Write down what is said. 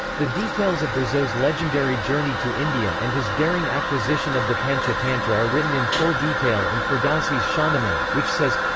the details of burzoe's legendary journey to india and his daring acquisition of the panchatantra are written in full detail in ferdowsi's shahnameh, which says